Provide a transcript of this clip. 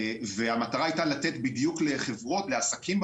והמטרה הייתה לתת לעסקים,